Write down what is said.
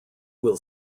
will